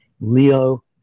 Leo